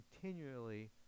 continually